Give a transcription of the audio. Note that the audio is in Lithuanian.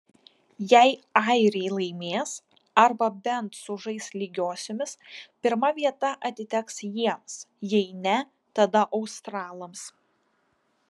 jei airiai laimės arba bent sužais lygiosiomis pirma vieta atiteks jiems jei ne tada australams